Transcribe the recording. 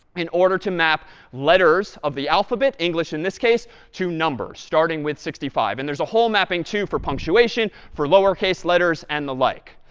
in order to map letters of the alphabet english in this case to numbers starting with sixty five. and there's a whole mapping, too for punctuation, for lowercase letters, and the like.